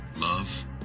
love